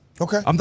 Okay